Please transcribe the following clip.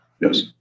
Yes